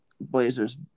Blazers